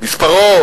שמספרו